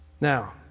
Now